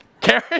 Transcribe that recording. karen